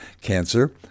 cancer